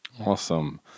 Awesome